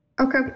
Okay